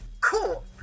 cool